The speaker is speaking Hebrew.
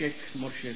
עושק מורשה.